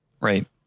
right